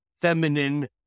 feminine